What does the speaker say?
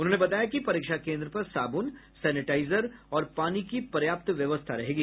उन्होंने बताया कि परीक्षा केन्द्र पर साबुन सेनेटाइजर और पानी की पर्याप्त व्यवस्था रहेगी